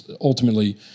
ultimately